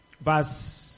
verse